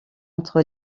entre